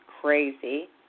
crazy